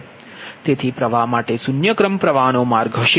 તેથી પ્રવાહ માટે શૂન્ય ક્રમ પ્ર્વાહ નો માર્ગ હશે